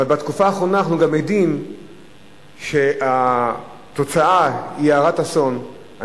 אבל בתקופה האחרונה אנחנו גם עדים לכך שהתוצאה היא הרת אסון,